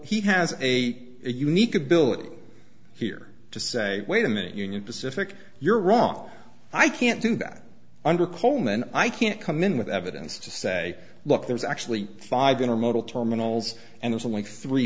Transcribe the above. he has a unique ability here to say wait a minute union pacific you're wrong i can't do that under coleman i can't come in with evidence to say look there's actually five going to motile terminals and there's only three